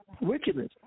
wickedness